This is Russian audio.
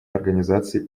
организации